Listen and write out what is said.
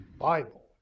Bible